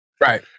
Right